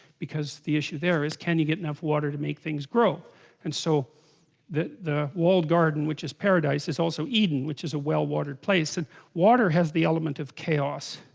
because the issue there is can you get enough water to make things grow and so the the walled garden which is paradise is also eden which is a well watered place and water has the element of chaos?